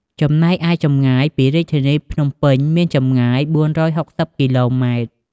ចំណែកឯចម្ងាយពីរាជធានីភ្នំពេញមានចម្ងាយ ៤៦០គីឡូម៉ែត្រ។